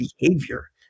behavior